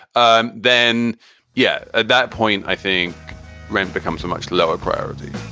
um then yeah, at that point, i think rent becomes a much lower priority